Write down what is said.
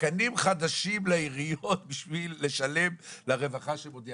תקנים חדשים לעיריות בשביל לשלם לרווחה שמודיעה.